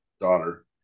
daughter